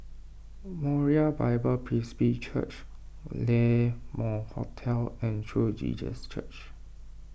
Moriah Bible Presby Church La Mode Hotel and True Jesus Church